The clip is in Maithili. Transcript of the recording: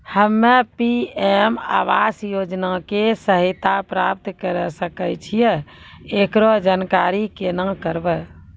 हम्मे पी.एम आवास योजना के सहायता प्राप्त करें सकय छियै, एकरो जानकारी केना करबै?